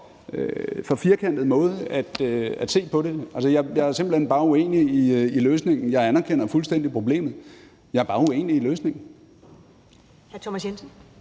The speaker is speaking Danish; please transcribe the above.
for firkantet måde at se på det. Jeg er simpelt hen bare uenig i løsningen. Jeg anerkender fuldstændig problemet, men jeg er bare uenig i løsningen.